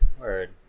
Word